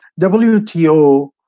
WTO